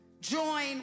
join